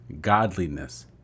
godliness